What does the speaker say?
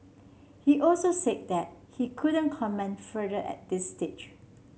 he also said that he couldn't comment further at this stage